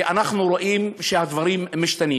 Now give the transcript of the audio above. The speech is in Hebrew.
ואנחנו רואים שהדברים משתנים.